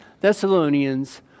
Thessalonians